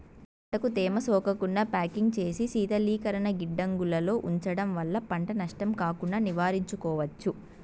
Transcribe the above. పంటకు తేమ సోకకుండా ప్యాకింగ్ చేసి శీతలీకరణ గిడ్డంగులలో ఉంచడం వల్ల పంట నష్టం కాకుండా నివారించుకోవచ్చు